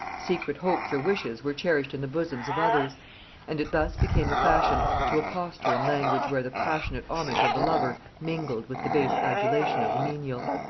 secret hopes or wishes were cherished in the bosoms of others and it thus became a fashion to accost her in language where the passionate homage of the lover mingled with the base adulation of the menial.